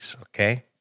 Okay